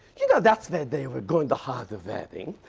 you know that's where they were going to have the wedding.